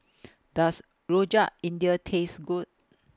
Does Rojak India Taste Good